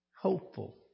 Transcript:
hopeful